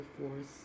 force